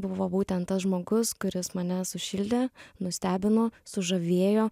buvo būtent tas žmogus kuris mane sušildė nustebino sužavėjo